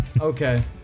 Okay